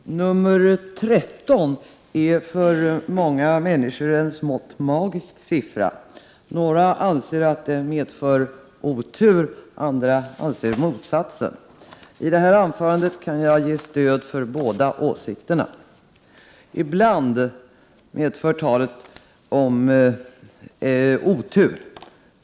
Herr talman! Talet 13 är för många människor en smått magisk siffra. Några anser att den medför otur, andra anser motsatsen. I detta anförande kan jag ge stöd för båda åsikterna. Ibland medför talet 13 otur.